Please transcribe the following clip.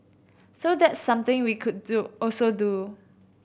so that's something we could do also do